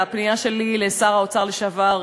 הפנייה שלי היא לשר האוצר לשעבר,